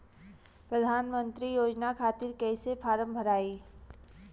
प्रधानमंत्री योजना खातिर कैसे फार्म भराई?